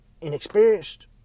inexperienced